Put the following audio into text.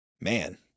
man